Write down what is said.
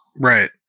right